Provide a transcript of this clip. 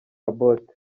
abbott